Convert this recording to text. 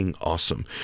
awesome